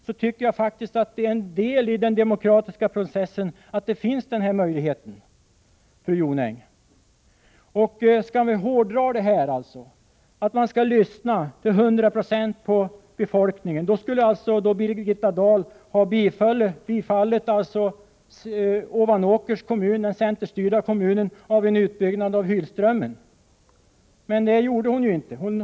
Jag tycker att denna möjlighet att motionera är en del av den demokratiska processen. Skall vi hårdra påståendet att man skall lyssna till 100 96 på befolkningen, skulle alltså Birgitta Dahl ha tillmötesgått den centerstyrda Ovanåkers kommuns krav på en utbyggnad av Hylströmmen. Men det gjorde hon inte.